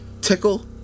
tickle